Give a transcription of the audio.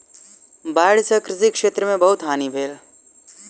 बाइढ़ सॅ कृषि क्षेत्र में बहुत हानि भेल